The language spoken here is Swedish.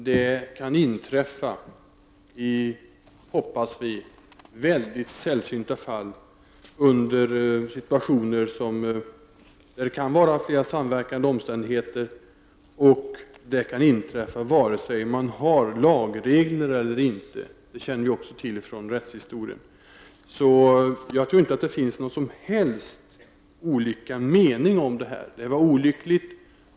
Detta kan inträffa i, hoppas vi, mycket sällsynta fall i situationer där det kan vara flera samverkande omständigheter. Detta kan inträffa vare sig det finns lagregler eller inte. Det känner vi till från rättshistorien. Jag tror inte att det finns några som helst olika meningar om detta. Det var olyckligt.